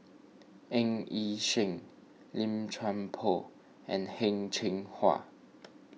Ng Yi Sheng Lim Chuan Poh and Heng Cheng Hwa